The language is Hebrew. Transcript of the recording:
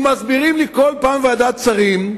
מסבירים לי כל פעם שוועדת השרים,